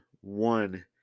one